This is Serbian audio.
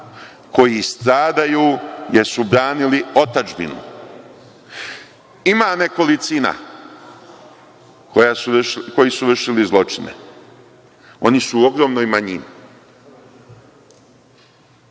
koji stradaju jer su branili otadžbinu. Ima nekolicina koji su vršili zločine. Oni su u ogromnoj manjini.